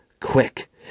Quick